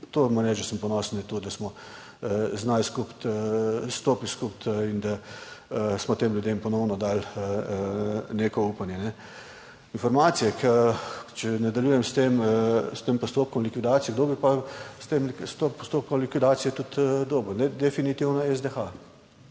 reči, da sem ponosen na to, da smo znali skupaj stopiti skupaj in da smo tem ljudem ponovno dali neko upanje. Informacije, če nadaljujem s tem, s tem postopkom likvidacije, kdo bi pa s tem postopkom likvidacije tudi dobil? Definitivno SDH.